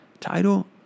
title